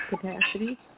capacity